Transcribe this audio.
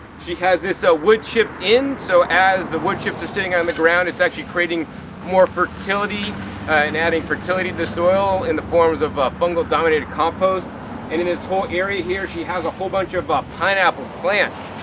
she has these ah wood chips in, so as the wood chips are sitting on the ground it's actually creating more fertility and adding fertility to the soil in the forms of of fungal dominated compost. and in this whole area here she has a whole bunch of ah pineapple plants.